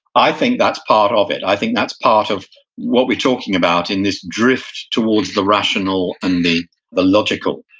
i think that's part of it. i think that's part of what we're talking about in this drift towards the rational and the the logical.